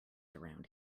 around